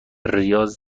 ریاض